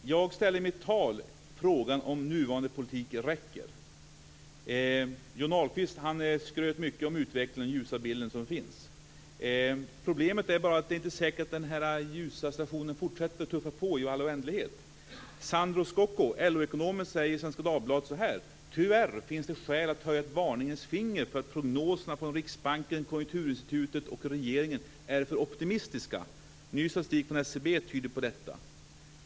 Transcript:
Jag ställde i mitt tal frågan om den nuvarande politiken räcker. Johnny Ahlqvist skröt mycket över utvecklingen och den ljusa bild som vi nu kan se. Problemet är bara att det inte är säkert att den här ljusa utvecklingen kommer att fortsätta i all oändlighet. LO-ekonomen Sandro Scocco skriver i Svenska Dagbladet så här: "Tyvärr finns det skäl att höja ett varningens finger för att prognoserna från Riksbanken, Konjunkturinstitutet och regeringen är för optimistiska. Ny statistik från SCB tyder på detta."